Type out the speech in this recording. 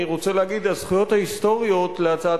אני רוצה להגיד שהזכויות ההיסטוריות על הצעת